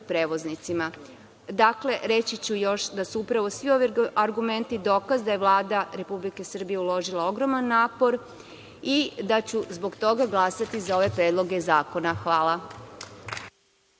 prevoznicima. Dakle, reći ću još da su upravo svi ovi argumenti dokaz da je Vlada Republike Srbije uložila ogroman napor i da ću zbog toga glasati za ove predloge zakona. Hvala.